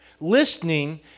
Listening